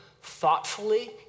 thoughtfully